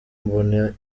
mbona